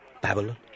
Babylon